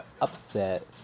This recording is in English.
upset